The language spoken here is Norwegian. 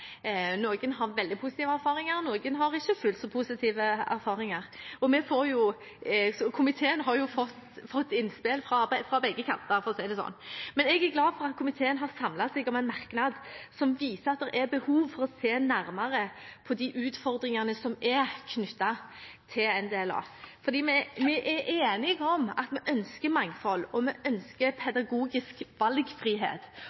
noen har veldig positive erfaringer, noen har ikke fullt så positive erfaringer. Komiteen har jo fått innspill fra begge kanter, for å si det slik, men jeg er glad for at komiteen har samlet seg om en merknad som viser at det er behov for å se nærmere på de utfordringene som er knyttet til NDLA. For vi er enige om at vi ønsker mangfold, og vi ønsker